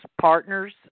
Partners